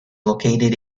located